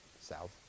South